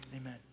Amen